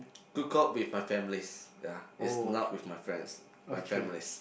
kukup with my families ya is not with my friends my families